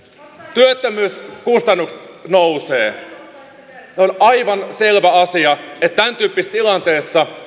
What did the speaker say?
työttömyyskustannukset nousevat se on aivan selvä asia että tämän tyyppisessä tilanteessa